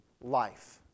life